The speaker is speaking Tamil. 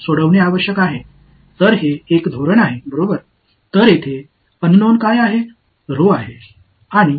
இந்த நிலையான விஷயம் நிலையான மின்னழுத்தம் இதுதான் நான் உங்களுக்கு வழங்கியுள்ளேன்